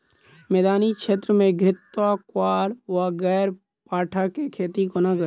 मैदानी क्षेत्र मे घृतक्वाइर वा ग्यारपाठा केँ खेती कोना कड़ी?